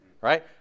Right